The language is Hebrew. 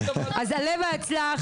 עלה והצלח,